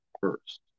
first